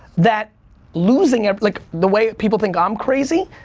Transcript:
that losing, like the way people think i'm crazy,